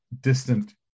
distant